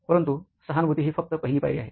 परंतु सहानुभूती ही फक्त पहिली पायरी आहे